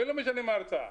ולא משנה מה ההרצאה.